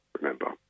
remember